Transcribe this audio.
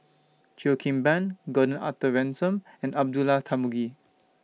Cheo Kim Ban Gordon Arthur Ransome and Abdullah Tarmugi